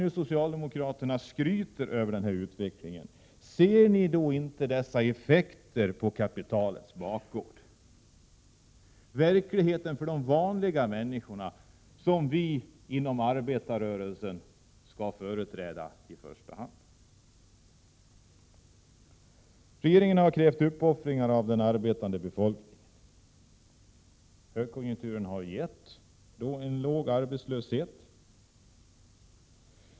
När socialdemokraterna nu skryter över den här utvecklingen — ser ni då inte dessa effekter på kapitalets bakgård, verkligheten för de vanliga människor som vi inom arbetarrörelsen i första hand skall företräda? Regeringen har krävt uppoffringar av den arbetande befolkningen. 73 Högkonjunkturen har gett en låg arbetslöshet.